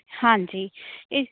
ਹਾਂਜੀ ਇਹ